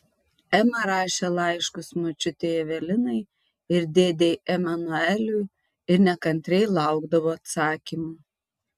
ema rašė laiškus močiutei evelinai ir dėdei emanueliui ir nekantriai laukdavo atsakymų